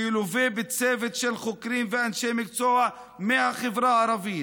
שילווה בצוות של חוקרים ואנשי מקצוע מהחברה הערבית,